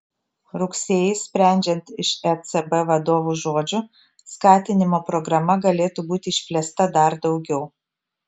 rugsėjį sprendžiant iš ecb vadovų žodžių skatinimo programa galėtų būti išplėsta dar daugiau